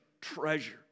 treasure